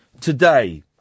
today